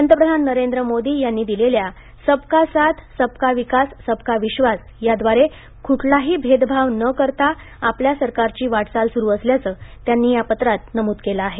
पंतप्रधान नरेंद्र मोदी यांनी दिलेल्या सबका साथ सबका विकास सबका विश्वास याद्वारे कुठलाही भेदभाव न करता आपल्या सरकारची वाटचाल सुरू असल्याचे त्यांना या पत्रात नमूद केलं आहे